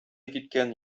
киткән